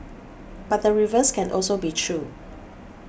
but the reverse can also be true